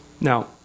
now